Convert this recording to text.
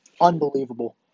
Unbelievable